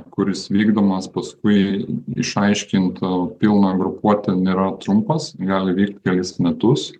kuris vykdomas paskui išaiškint pilną grupuotę nėra trumpas gali vykt kelis metus